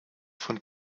von